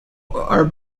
are